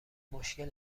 مشکل